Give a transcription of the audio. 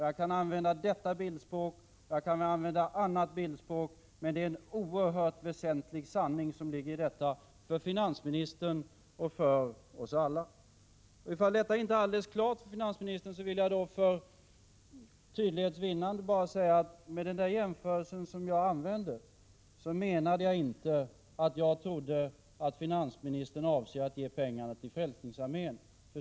Jag kan använda detta bildspråk eller något annat bildspråk, men det är en oerhört väsentlig sanning som ligger i detta, för finansministern och för oss alla. Ifall det inte är alldeles klart för finansministern, vill jag för tydlighets vinnande bara säga att jag med den jämförelse jag använde inte menade att jag trodde att finansministern avser att ge pengarna till Frälsningsarmén.